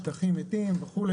שטחים מתים וכו',